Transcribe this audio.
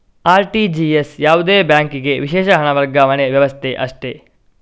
RTGS ಯಾವುದೇ ಬ್ಯಾಂಕಿಗೆ ವಿಶೇಷ ಹಣ ವರ್ಗಾವಣೆ ವ್ಯವಸ್ಥೆ ಅಷ್ಟೇ